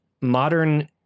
modern